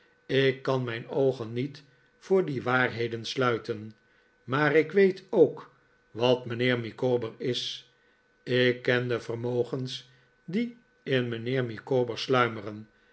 ik kan mijn oogen niet voor die waarheden sluiten maar ik weet ook wat mijnheer micawber is ik ken de vermogens die in mijnheer micawber sluimeren